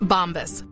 Bombas